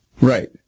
Right